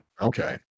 Okay